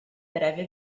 breve